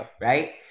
right